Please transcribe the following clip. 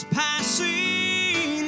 passing